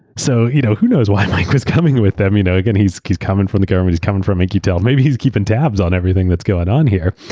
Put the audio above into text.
so you know who knows why mike was coming with them. you know he's he's coming from the government. he's coming from in-q-tel. maybe he's keeping tabs on everything that's going on here.